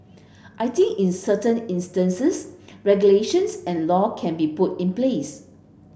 I think is certain instances regulations and law can be put in place